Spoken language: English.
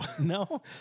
no